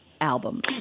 albums